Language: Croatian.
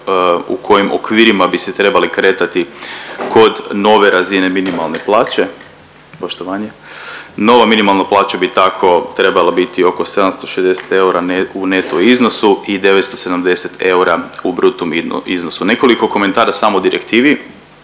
u kojim okvirima bi se trebali kretati kod nove razine minimalne plaće. Poštovanje. Nova minimalna plaća bi tako trebala biti oko 760 eura u neto iznosu i 970 eura u brutom iznosu. Nekoliko komentara samo o direktivi.